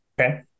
okay